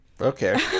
okay